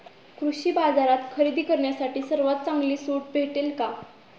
कृषी बाजारात खरेदी करण्यासाठी सर्वात चांगली सूट भेटेल का?